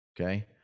Okay